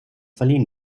verliehen